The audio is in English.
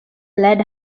lead